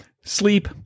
sleep